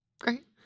great